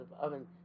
oven